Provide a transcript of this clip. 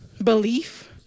Belief